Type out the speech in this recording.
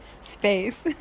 space